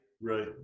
right